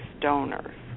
donors